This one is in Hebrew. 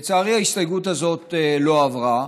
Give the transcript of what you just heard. לצערי ההסתייגות הזאת לא עברה,